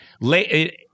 late